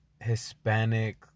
Hispanic